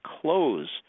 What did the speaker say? close